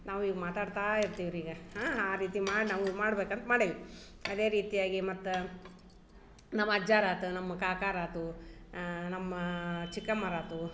ನಾವು ಈಗ ಮಾತಾಡ್ತಾ ಇರ್ತೀವಿ ರಿ ಈಗ ಆ ರೀತಿ ಮಾಡಿ ನಾವು ಮಾಡ್ಬೇಕಂತ ಮಾಡೀವಿ ಅದೇ ರೀತಿಯಾಗಿ ಮತ್ತು ನಮ್ಮ ಅಜ್ಜಾರು ಆತು ನಮ್ಮ ಕಾಕಾರಾತು ನಮ್ಮ ಚಿಕ್ಕಮ್ಮರಾತು